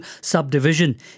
subdivision